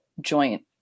joint